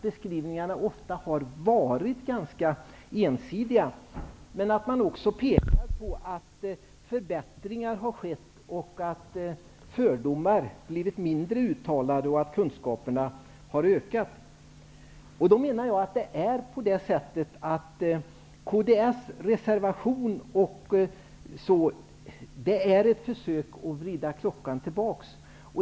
Beskrivningarna har ofta varit ganska ensidiga. Man pekar också på att förbättringar har skett och att fördomarna har blivit mindre uttalade. Kunskaperna har ökat. Kds reservation är ett försök att vrida klockan tillbaka.